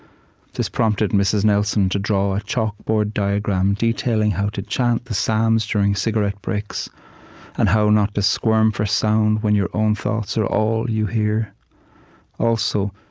this prompted mrs. nelson to draw a chalkboard diagram detailing how to chant the psalms during cigarette breaks and how not to squirm for sound when your own thoughts are all you hear also,